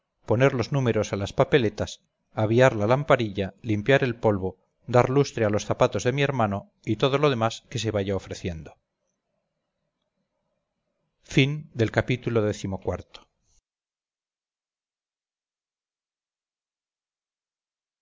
poner los números a las papeletas aviar la lamparilla limpiar el polvo dar lustre a los zapatos de mi hermano y todo lo demás que se vaya ofreciendo ii